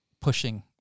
pushing